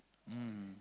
mm